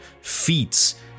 feats